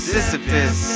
Sisyphus